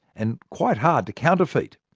and quite hard to counterfeit.